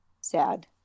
Sad